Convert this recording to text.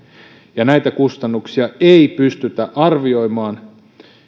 ja näitä kustannuksia ei pystytä arvioimaan